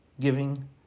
giving